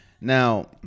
now